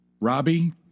Robbie